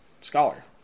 scholar